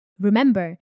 Remember